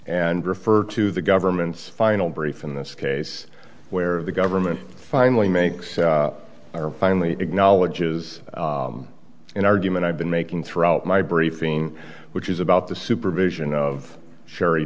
and refer to the government's final brief in this case where the government finally makes or finally acknowledges an argument i've been making throughout my briefing which is about the supervision of sherry